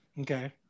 Okay